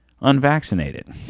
unvaccinated